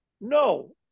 No